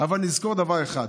אבל נזכור דבר אחד: